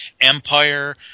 Empire